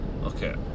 Okay